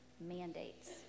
mandates